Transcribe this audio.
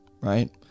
right